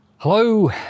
Hello